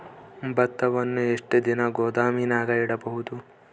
ಭತ್ತವನ್ನು ಎಷ್ಟು ದಿನ ಗೋದಾಮಿನಾಗ ಇಡಬಹುದು?